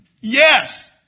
Yes